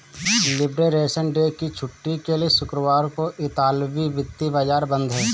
liberation day की छुट्टी के लिए शुक्रवार को इतालवी वित्तीय बाजार बंद हैं